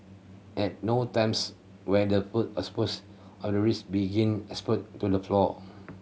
at no times where the food exposed or the risk of begin exposed to the floor